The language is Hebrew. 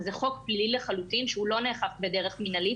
זה חוק פלילי לחלוטין שלא נאכף בדרך מנהלית